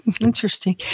interesting